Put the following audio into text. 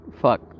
Fuck